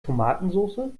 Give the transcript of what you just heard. tomatensoße